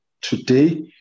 today